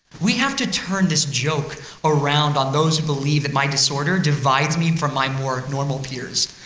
we have to turn this joke around on those who believe that my disorder divides me from my more normal peers.